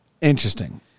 Interesting